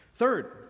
Third